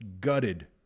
gutted